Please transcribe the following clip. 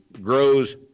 grows